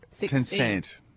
consent